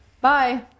Bye